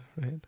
right